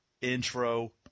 intro